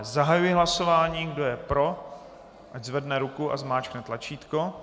Zahajuji hlasování, kdo je pro, ať zvedne ruku a zmáčkne tlačítko.